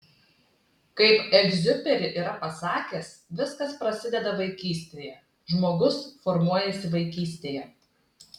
kaip egziuperi yra pasakęs viskas prasideda vaikystėje žmogus formuojasi vaikystėje